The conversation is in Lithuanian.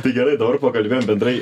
tai gerai dabar pakalbėjom bendrai